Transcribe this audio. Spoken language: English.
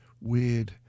weird